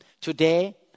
Today